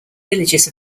villages